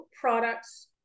products